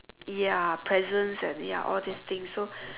ya presents and ya all these things so